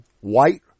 white